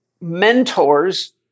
mentors